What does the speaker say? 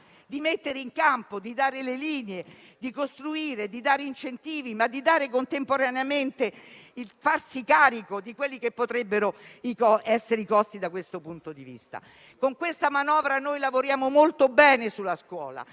di mettere in campo, di dare le linee, di costruire, di dare incentivi e contemporaneamente di farsi carico di quelli che potrebbero essere i costi, da questo punto di vista. Con la manovra al nostro esame lavoriamo molto bene sulla scuola,